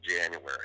January